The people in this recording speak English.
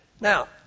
Now